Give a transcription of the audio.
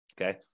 okay